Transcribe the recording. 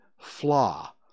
flaw